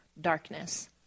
darkness